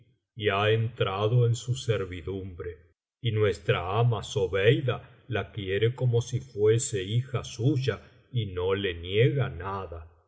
y ha entrado en su servidumbre y nuestra ama zobeida la quiere como si fuese hija suya y no le niega nada